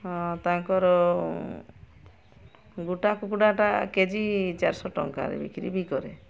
ହଁ ତାଙ୍କର ଗୁଟା କୁକୁଡ଼ାଟା କେଜି ଚାରିଶହ ଟଙ୍କାରେ ବିକ୍ରି ବି କରେ